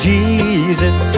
Jesus